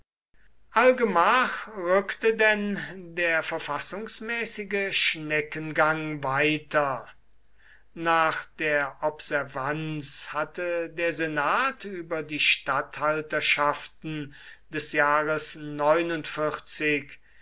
allgemach rückte denn der verfassungsmäßige schneckengang weiter nach der observanz hatte der senat über die statthalterschaften des jahres